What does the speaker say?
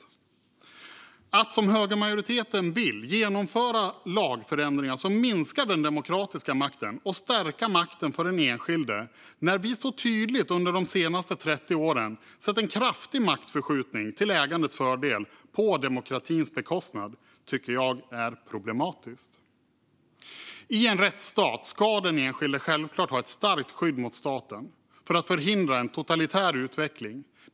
Att göra som högermajoriteten vill, alltså genomföra lagförändringar som minskar den demokratiska makten och stärker makten för den enskilde när vi så tydligt under de senaste 30 åren sett en kraftig maktförskjutning till ägandets fördel på demokratins bekostnad, tycker jag är problematiskt. I en rättsstat ska den enskilde självklart ha ett starkt skydd mot staten för att en totalitär utveckling ska förhindras.